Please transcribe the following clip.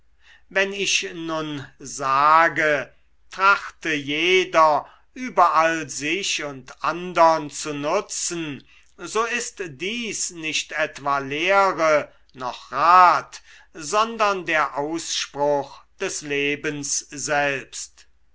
wenn ich nun sage trachte jeder überall sich und andern zu nutzen so ist dies nicht etwa lehre noch rat sondern der ausspruch des lebens selbst